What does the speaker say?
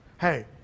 Hey